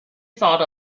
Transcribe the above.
thought